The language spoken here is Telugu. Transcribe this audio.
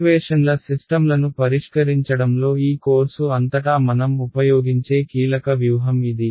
ఈక్వేషన్ల సిస్టమ్లను పరిష్కరించడంలో ఈ కోర్సు అంతటా మనం ఉపయోగించే కీలక వ్యూహం ఇది